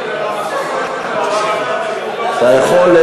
אתה יכול,